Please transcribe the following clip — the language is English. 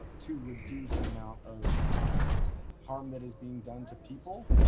to reduce the amount of harm that is being done to people,